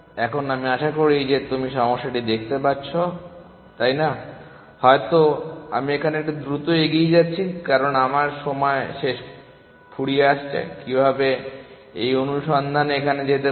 এখন আমি আশা করি তুমি সমস্যাটি দেখতে পাচ্ছো তাই না হয়ত আমি এখানে একটু দ্রুত এগিয়ে যাচ্ছি কারণ আমার সময় শেষ ফুরিয়ে আসছে কীভাবে এই অনুসন্ধান এখানে যেতে পারে